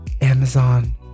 Amazon